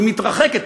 היא מתרחקת,